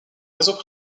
réseaux